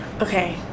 okay